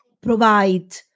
provide